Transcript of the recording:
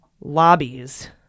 lobbies